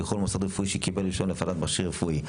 כל מוסד רפואי שקיבל רישיון להפעלת מכשיר רפואי,